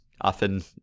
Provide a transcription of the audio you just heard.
often